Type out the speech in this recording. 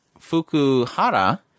Fukuhara